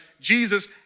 Jesus